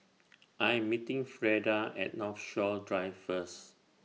I Am meeting Freida At Northshore Drive First